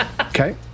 Okay